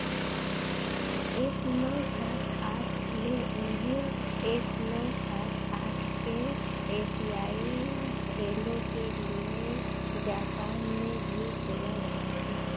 एक नौ सात आठ में उन्हें एक नौ सात आठ के एशियाई खेलों के लिए जापान में भी चुना गया था